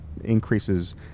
increases